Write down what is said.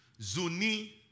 Zuni